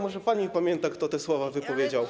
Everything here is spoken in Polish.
Może pani pamięta, kto te słowa wypowiedział?